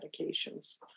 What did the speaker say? medications